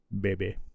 Baby